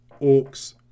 Orcs